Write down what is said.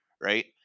right